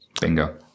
Bingo